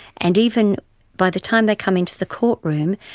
and even by the time they come into the courtroom,